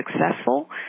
successful